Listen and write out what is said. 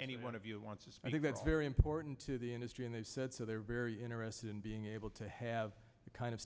any one of you wants to think that's very important to the industry and they said so they're very interested in being able to have the kind of